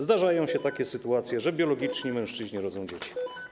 Zdarzają się takie sytuacje, że biologiczni mężczyźni rodzą dzieci.